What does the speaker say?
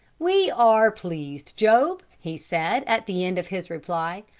we are pleased, job, he said, at the end of his reply,